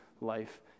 life